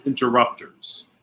interrupters